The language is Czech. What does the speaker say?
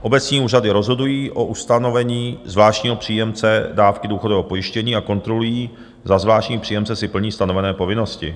Obecní úřady rozhodují o ustanovení zvláštního příjemce dávky důchodového pojištění a kontrolují, zda zvláštní příjemce si plní stanovené povinnosti.